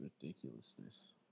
ridiculousness